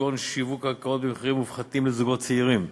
כגון שיווק קרקעות במחירם מופחתים לזוגות הצעירים,